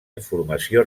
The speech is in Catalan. informació